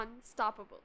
unstoppable